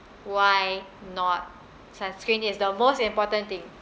why not sun screen is the most important thing